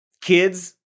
kids